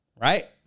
Right